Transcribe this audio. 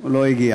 הוא לא הגיע.